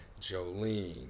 Jolene